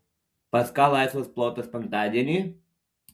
pas ką laisvas plotas penktadienį